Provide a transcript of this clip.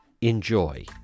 enjoy